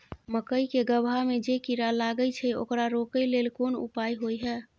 मकई के गबहा में जे कीरा लागय छै ओकरा रोके लेल कोन उपाय होय है?